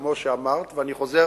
כמו שאמרת, ואני חוזר